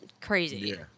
crazy